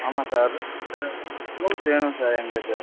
ஆமாம் sir rooms rooms வேணும் sir எங்களுக்கு